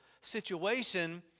situation